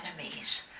enemies